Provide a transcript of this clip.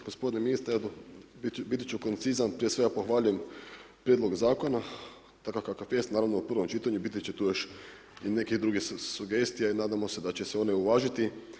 Gospodine ministre, biti ću koncizan, prije svega pohvaljujem prijedlog zakona takav kakav jest, naravno u prvom čitanju, biti će tu još i neke druge sugestije i nadamo se da će se one uvažiti.